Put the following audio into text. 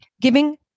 giving